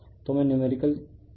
तो मैं नुमेरिकल क्या सोल्व करूंगा